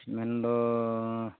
ᱢᱮᱱᱫᱚᱻ